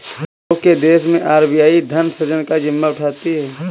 हम लोग के देश मैं आर.बी.आई धन सृजन का जिम्मा उठाती है